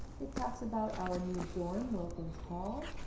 it talks about our new dorm, wilkins hall,